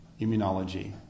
immunology